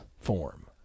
form